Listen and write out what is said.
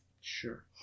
Sure